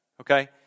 Okay